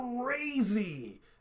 crazy